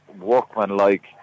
workman-like